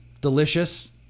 Delicious